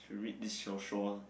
should read this 小说